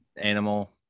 animal